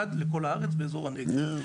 אחד לכל הארץ באזור הנגב.